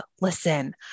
listen